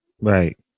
Right